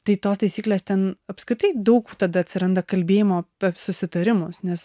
tai tos taisyklės ten apskritai daug tada atsiranda kalbėjimo apie susitarimus nes